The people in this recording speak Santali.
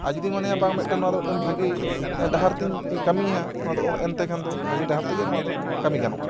ᱟᱨ ᱡᱩᱫᱤ ᱢᱚᱱᱮᱭᱟ ᱵᱟᱝ ᱢᱤᱫᱴᱮᱱ ᱱᱚᱣᱟ ᱫᱚ ᱢᱤᱫᱴᱮᱱ ᱵᱷᱟᱹᱜᱤ ᱰᱟᱦᱟᱨᱛᱮᱧ ᱠᱟᱹᱢᱤᱭᱟ ᱱᱚᱭᱟ ᱮᱱᱛᱮ ᱠᱷᱟᱱ ᱫᱚ ᱵᱷᱟᱹᱜᱤ ᱰᱟᱦᱟᱨ ᱛᱮᱜᱮ ᱱᱚᱣᱟ ᱫᱚ ᱠᱟᱹᱢᱤ ᱜᱟᱱᱚᱜᱼᱟ